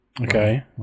Okay